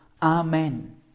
Amen